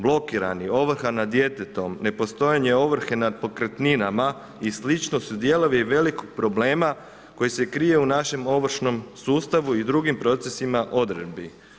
Blokirani, ovrha nad djetetom, nepostojanje ovrhe nad pokretninama i slično su dijelovi velikog problema koji se krije u našem ovršnom sustavu i drugim procesima odredbi.